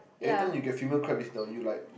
later you get female crab is the you like